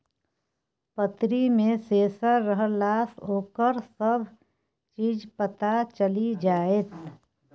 पतरी मे सेंसर रहलासँ ओकर सभ चीज पता चलि जाएत